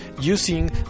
using